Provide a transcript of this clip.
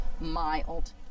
mild